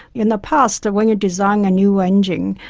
in the past when you design a new engine,